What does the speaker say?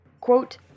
Quote